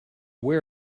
where